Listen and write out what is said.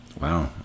Wow